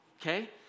Okay